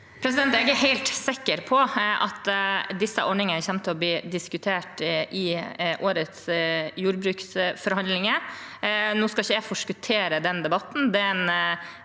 Jeg er helt sikker på at disse ordningene kommer til å bli diskutert i årets jordbruksforhandlinger. Nå skal ikke jeg forskuttere den debatten.